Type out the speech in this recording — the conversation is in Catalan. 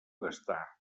gastar